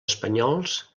espanyols